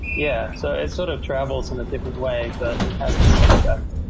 yeah. so it sort of travels in a different way, but it has the same effect.